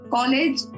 College